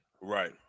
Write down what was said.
Right